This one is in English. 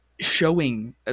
showing